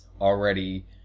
already